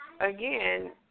again